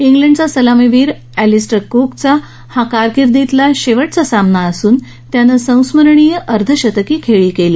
इंग्लंडचा सलामीवीर अर्खिस्टर कूकचा हा कारकिर्दीतला शेवटचा सामना असून त्यान संस्मरणीय अर्धशतकी खेळी केली